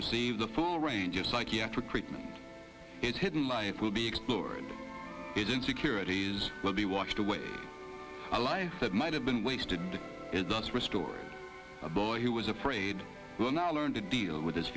receive the full range of psychiatric treatment is hidden life will be explored his insecurities will be washed away a life that might have been wasted and is thus restored a boy who was afraid will not learn to deal with his